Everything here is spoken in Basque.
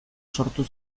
sortu